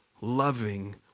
loving